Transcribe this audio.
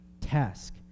task